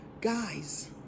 Guys